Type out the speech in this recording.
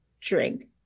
drink